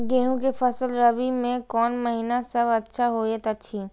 गेहूँ के फसल रबि मे कोन महिना सब अच्छा होयत अछि?